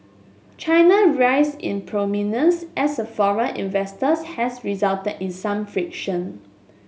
China rise in prominence as a foreign investors has resulted in some friction